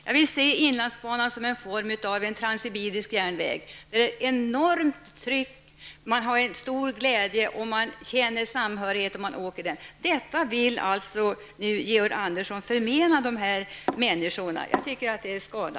Jag vill se inlandsbanan som ett slags transibirisk järnväg där man känner stor glädje och samhörighet när man åker. Detta vill alltså Georg Andersson förmena dessa människor. Jag tycker att det är skada.